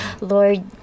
Lord